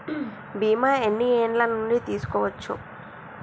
బీమా ఎన్ని ఏండ్ల నుండి తీసుకోవచ్చు?